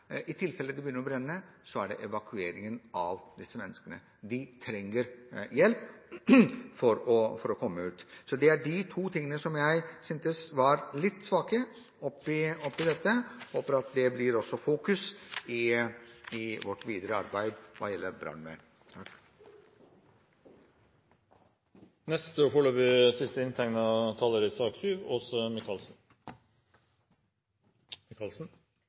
det viktig med evakueringen av disse menneskene. De trenger hjelp for å komme ut. Dette er de to tingene jeg syntes var litt svake i saken, og jeg håper at det også blir fokusert på det i vårt videre arbeid hva gjelder brannvern.